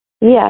Yes